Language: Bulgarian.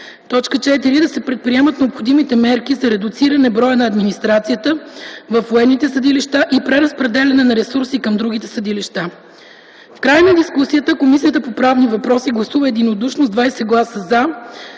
4. Да се предприемат необходимите мерки за редуциране броя на администрацията във военните съдилища и преразпределяне на ресурси към другите съдилища. В края на дискусията Комисията по правни въпроси гласува единодушно с 20 гласа “за”